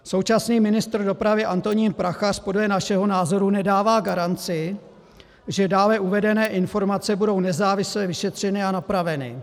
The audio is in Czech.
Současný ministr dopravy Antonín Prachař podle našeho názoru nedává garanci, že dále uvedené informace budou nezávisle vyšetřeny a napraveny.